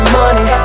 money